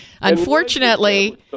Unfortunately